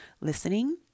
listening